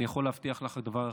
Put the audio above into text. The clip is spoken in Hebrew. אני יכול להבטיח לך דבר אחד: